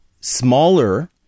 smaller